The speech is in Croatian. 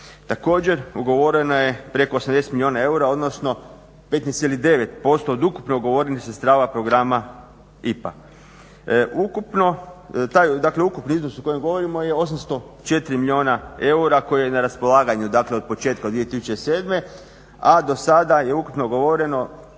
Također ugovorena je preko 80 milijuna eura odnosno 15,9% od ukupno ugovorenih sredstava programa IPA. Ukupni iznos o kojem govorimo je 804 milijuna eura koje je na raspolaganju dakle od početka od 2007.a do sada je ukupno govoreno